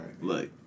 Look